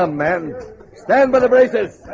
um man stand by the braces